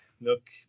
look